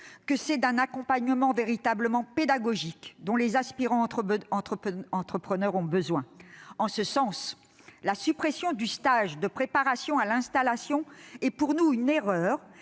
pas. C'est d'un accompagnement véritablement pédagogique que les aspirants entrepreneurs ont besoin. En ce sens, la suppression du stage de préparation à l'installation est pour nous une erreur,